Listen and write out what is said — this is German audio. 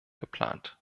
geplant